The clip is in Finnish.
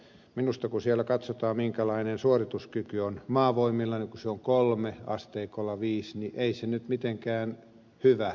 minusta kun siellä katsotaan minkälainen suorituskyky on maavoimilla niin kun se on kolme asteikolla viisi niin ei se nyt mitenkään hyvä ole